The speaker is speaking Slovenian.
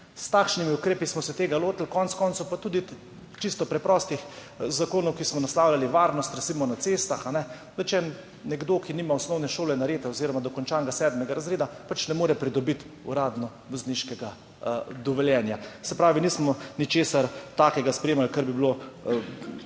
S takšnimi ukrepi smo se tega lotili. Konec koncev pa tudi čisto preprostih zakonov, ko smo naslavljali varnost, recimo na cestah, če nekdo, ki nima osnovne šole oziroma dokončanega sedmega razreda, ne more uradno pridobiti vozniškega dovoljenja. Se pravi, nismo ničesar takega sprejemali, kar bi bilo